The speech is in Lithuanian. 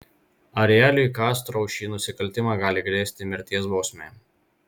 arieliui castro už šį nusikaltimą gali grėsti mirties bausmė